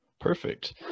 Perfect